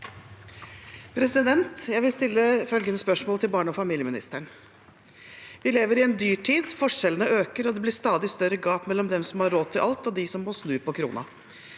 Jeg vil stille dette spørs- målet til barne- og familieministeren. Vi lever i en dyrtid. Forskjellene øker, og det blir stadig større gap mellom dem som har råd til alt, og de som må snu på krona.